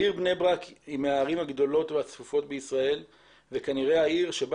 העיר בני ברק היא מהערים הגדולות והצפופות בישראל וכנראה העיר שבה